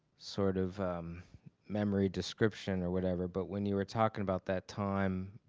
sort of memory description or whatever but when you were talking about that time